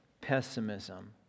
pessimism